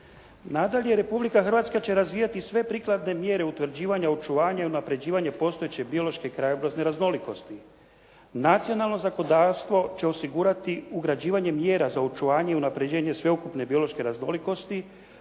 Nadalje, Republika Hrvatska će razvijati sve prikladne mjere utvrđivanja očuvanja i unapređivanja postojeće biološke i krajobrazne raznolikosti. Nacionalno zakonodavstvo će osigurati ugrađivanje mjera za očuvanje i unapređenje sveukupne biološke raznolikosti